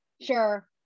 Sure